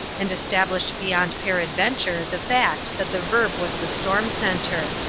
and established beyond peradventure the fact that the verb was the storm-center.